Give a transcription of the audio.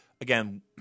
again